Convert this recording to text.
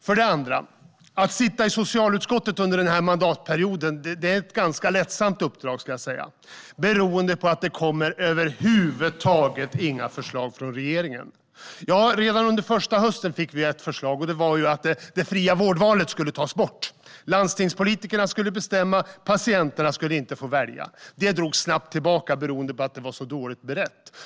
För det andra är att sitta i socialutskottet under den här perioden ett ganska lättsamt uppdrag. Det kommer nämligen över huvud taget inga förslag från regeringen. Jo, under första hösten fick vi ett förslag, och det var att det fria vårdvalet skulle tas bort. Landstingspolitikerna skulle bestämma; patienterna skulle inte få välja. Det förslaget drogs snabbt tillbaka beroende på att det var så dåligt berett.